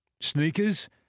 sneakers